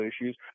issues